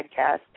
podcast